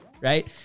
Right